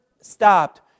stopped